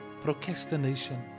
procrastination